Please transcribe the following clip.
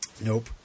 Nope